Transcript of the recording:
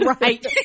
right